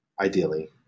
Ideally